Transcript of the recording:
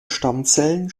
stammzellen